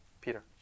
Peter